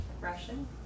Russian